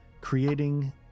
creating